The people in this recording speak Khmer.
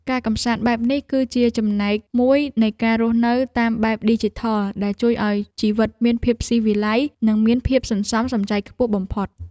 ការកម្សាន្តបែបនេះគឺជាចំណែកមួយនៃការរស់នៅតាមបែបឌីជីថលដែលជួយឱ្យជីវិតមានភាពស៊ីវិល័យនិងមានភាពសន្សំសំចៃខ្ពស់បំផុត។